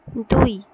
দুই